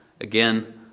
Again